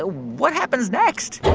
ah what happens next?